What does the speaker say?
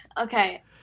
Okay